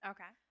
Okay